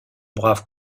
brave